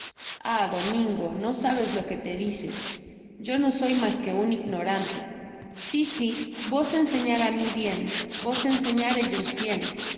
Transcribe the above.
ah domingo no sabes lo que te dices yo no soy masque un ignorante sí sí vos enseñar á mí bien vos enseñar ellos bien